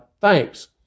thanks